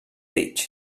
bridge